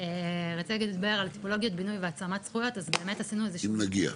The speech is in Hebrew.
רציתי לדבר על טיפולוגיות בינוי והעצמת זכויות -- אם נגיע.